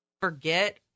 forget